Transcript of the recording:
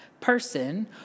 person